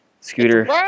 Scooter